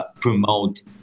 Promote